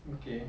okay